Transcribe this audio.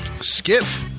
skiff